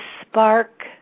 spark